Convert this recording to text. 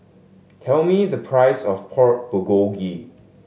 tell me the price of Pork Bulgogi